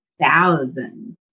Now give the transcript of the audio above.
thousands